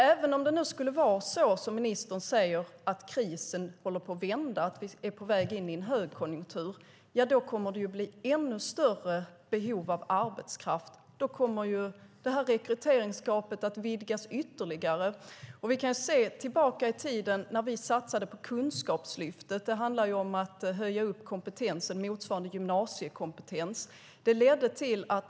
Även om det nu skulle vara som ministern säger, att krisen håller på att vända och att vi är på väg in i en högkonjunktur, kommer det att bli ännu större behov av arbetskraft. Då kommer rekryteringsgapet att vidgas ytterligare. Vi kan se tillbaka i tiden på hur det var när vi satsade på Kunskapslyftet. Det handlade ju om att höja upp kompetens till motsvarande gymnasiekompetens.